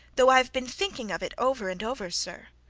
though i've been thinking of it over and over, sir.